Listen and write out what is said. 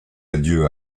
adieu